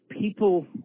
people